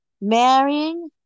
marrying